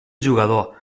jugador